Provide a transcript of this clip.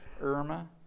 Irma